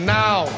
now